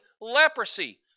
leprosy